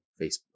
Facebook